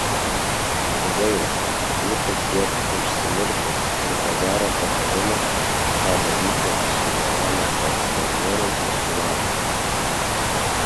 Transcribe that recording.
gaila būtų kiek užsimiršęs ir ko gero patarimo ką daryti su benamiu foksterjeru sulaukęs